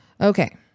Okay